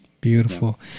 beautiful